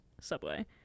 Subway